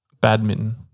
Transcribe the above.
badminton